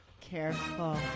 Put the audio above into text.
careful